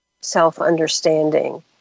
self-understanding